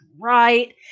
right